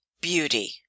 beauty